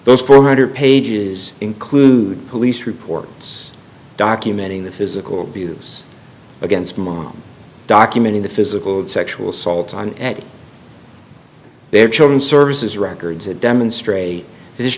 those four hundred pages include police reports documenting the physical abuse against mom documenting the physical and sexual assaults on their children services records that demonstrate this